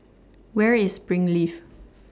Where IS Springleaf